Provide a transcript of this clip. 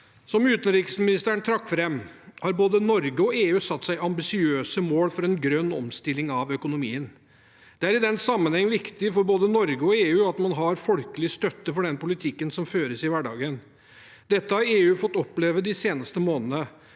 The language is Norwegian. Som utenriksministeren trakk fram, har både Norge og EU satt seg ambisiøse mål for en grønn omstilling av økonomien. Det er i den sammenheng viktig for både Norge og EU at man har folkelig støtte for den politikken som føres i hverdagen. Dette har EU fått oppleve de seneste månedene,